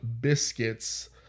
Biscuits